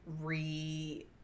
re